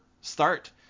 start